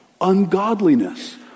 Ungodliness